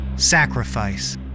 Sacrifice